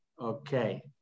Okay